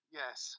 yes